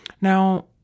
Now